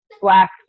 black